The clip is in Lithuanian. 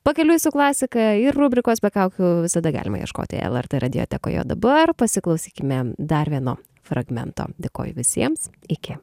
pakeliui su klasika ir rubrikos be kaukių visada galima ieškoti lrt radiotekoje o dabar pasiklausykime dar vieno fragmento dėkoju visiems iki